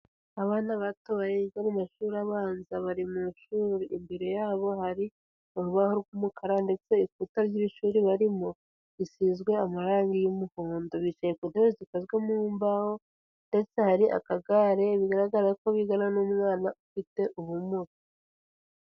Abana bato baga mu mashuri abanza bari mu ishuri, imbere yabo hari urubaho rw'umukara ndetse ibikuta ry'ishuri barimo bisizwe amarangi y'umuhondo, bicaye ku ntebe zikazwe mu mbaho ndetse hari akagare bigaragara ko bigana n'umwana ufite ubumuga.